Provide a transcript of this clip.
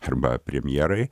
arba premjerai